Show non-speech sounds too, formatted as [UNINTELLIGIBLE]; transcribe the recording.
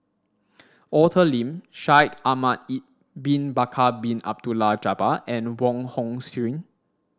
Arthur Lim Shaikh Ahmad [UNINTELLIGIBLE] bin Bakar Bin Abdullah Jabbar and Wong Hong Suen